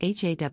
HAW